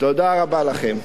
תודה רבה לכם.